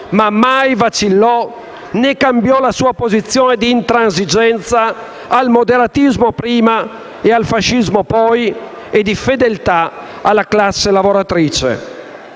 ma mai vacillò né cambiò la sua posizione di intransigenza al moderatismo prima ed al fascismo poi e di fedeltà alla classe lavoratrice.